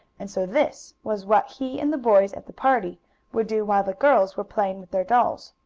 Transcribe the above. and so this was what he and the boys at the party would do while the girls were playing with their dolls.